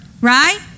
Right